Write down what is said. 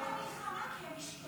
אבל --- מלחמה, כי הם משתוללים.